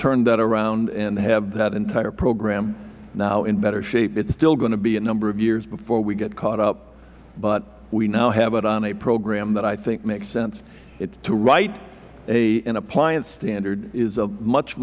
that around and have that entire program now in better shape it is still going to be a number of years before we get caught up but we now have it on a program that i think makes sense to write an appliance standard is a much